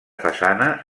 façana